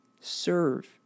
serve